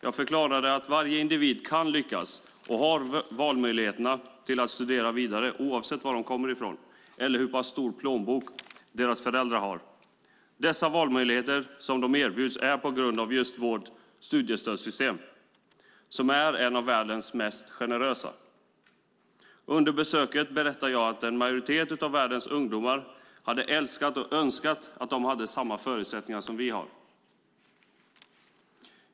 Jag förklarade för eleverna att varje individ kan lyckas och har möjlighet att studera vidare oavsett var de kommer från eller hur stor plånbok deras föräldrar har. Detta val är möjligt på grund av vårt studiestödssystem, som är ett av världens mest generösa. Under besöket berättade jag också att en majoritet av världens ungdomar hade älskat och önskat att ha samma förutsättningar som vi.